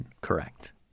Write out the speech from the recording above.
Correct